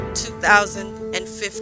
2015